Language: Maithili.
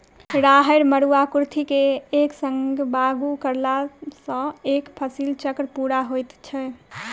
राहैड़, मरूआ, कुर्थी के एक संग बागु करलासॅ एक फसिल चक्र पूरा होइत छै